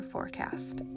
Forecast